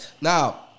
now